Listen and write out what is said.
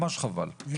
ממש חבל.